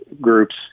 groups